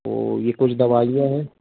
तो यह कुछ दवाइयाँ हैं